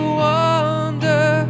wander